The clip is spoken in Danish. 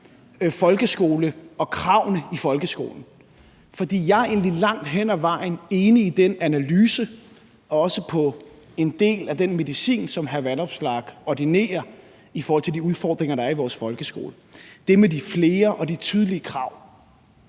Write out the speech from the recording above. folkeskole og kravene i folkeskolen, fordi jeg egentlig langt hen ad vejen er enig i den analyse, også i en del af den medicin, som hr. Alex Vanopslagh ordinerer i forhold til de udfordringer, der er i vores folkeskole. Det er det med de flere og tydelige krav.